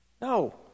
No